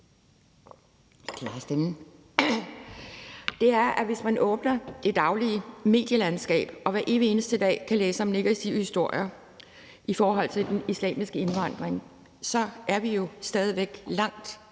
nu, er, at hvis man ser ud over det daglige medielandskab og hver evig eneste dag kan læse negative historier i forhold til den islamiske indvandring, så er vi jo stadig væk langt